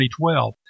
2012